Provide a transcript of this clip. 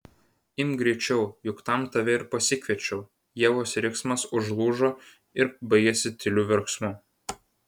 imk greičiau juk tam tave ir pasikviečiau ievos riksmas užlūžo ir baigėsi tyliu verksmu